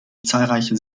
zahlreiche